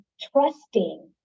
trusting